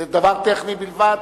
זה דבר טכני בלבד.